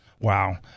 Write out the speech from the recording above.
wow